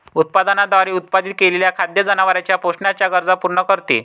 उत्पादनाद्वारे उत्पादित केलेले खाद्य जनावरांच्या पोषणाच्या गरजा पूर्ण करते